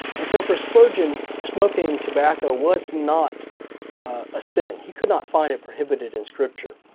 and so for spurgeon smoking tobacco was not a sin. he could not find it prohibited in scripture.